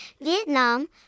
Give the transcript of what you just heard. Vietnam